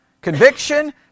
Conviction